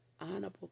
honorable